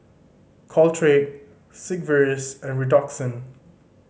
Caltrate Sigvaris and Redoxon